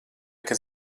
kas